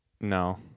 No